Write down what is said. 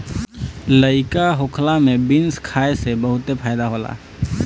लइका होखला में बीन्स खाए से बहुते फायदा होला